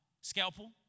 scalpel